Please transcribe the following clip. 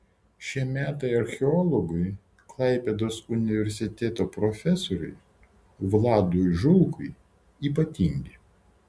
šie metai archeologui klaipėdos universiteto profesoriui vladui žulkui ypatingi